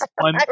one